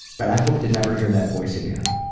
but i hope to never hear that voice again.